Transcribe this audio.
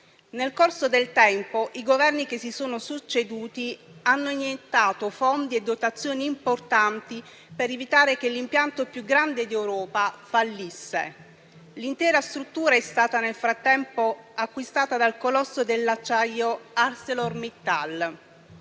Nel corso del tempo i Governi che si sono succeduti hanno iniettato fondi e dotazioni importanti per evitare che l'impianto più grande d'Europa fallisse. L'intera struttura è stata nel frattempo acquistata dal colosso dell'acciaio ArcelorMittal.